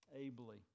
ably